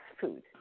food